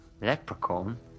leprechaun